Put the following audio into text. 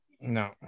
No